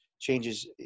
changes